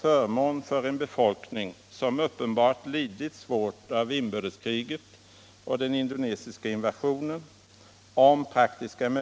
Det är en solidarnetshandling som är ocrhört viktig för de människor som nu slåss mot de indonesiska fascisterna.